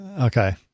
Okay